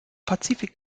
pazifik